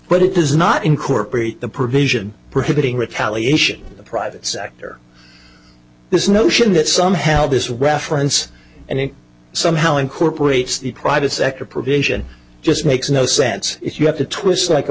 but it does not incorporate the provision prohibiting retaliation the private sector this notion that somehow this reference and it somehow incorporates the private sector provision just makes no sense if you have to twist like a